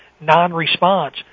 non-response